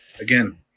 again